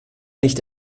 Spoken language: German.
nicht